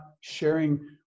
sharing